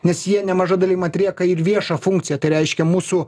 nes jie nemaža dalim atlieka ir viešą funkciją tai reiškia mūsų